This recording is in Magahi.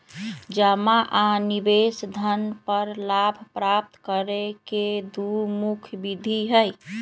जमा आ निवेश धन पर लाभ प्राप्त करे के दु मुख्य विधि हइ